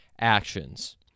actions